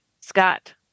Scott